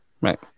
right